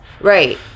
Right